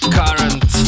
current